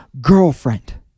girlfriend